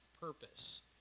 purpose